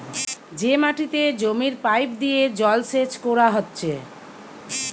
যে মাটিতে জমির পাইপ দিয়ে জলসেচ কোরা হচ্ছে